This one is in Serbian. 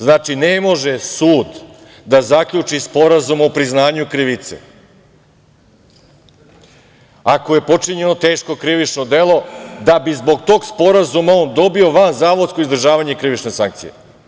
Znači, ne može sud da zaključi sporazum o priznanju krivice ako je počinjeno teško krivično delo da bi zbog tog sporazuma on dobio vanzavodsko izdržavanje krivične sankcije.